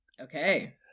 Okay